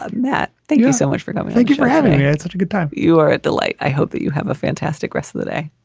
ah that. thank you so much for coming. thank you for having yeah such a good time. you are a delight. i hope that you have a fantastic rest of the day.